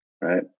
right